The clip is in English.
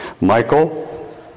Michael